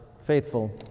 faithful